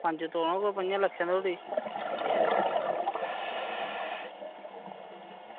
पंज तौले होना कोई पंञें लक्खें धोड़ी